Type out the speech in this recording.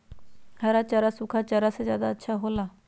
हरा चारा सूखा चारा से का ज्यादा अच्छा हो ला?